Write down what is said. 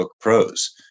Pros